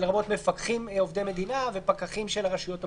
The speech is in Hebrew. לרבות מפקחים עובדי מדינה ופקחים של הרשויות המקומיות.